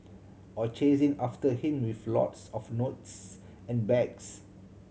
or chasing after him with lots of notes and bags